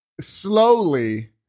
slowly